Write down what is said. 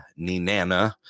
Ninana